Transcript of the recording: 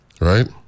Right